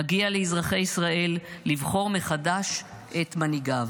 מגיע לאזרחי ישראל לבחור מחדש את מנהיגיהם.